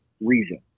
reason